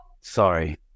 sorry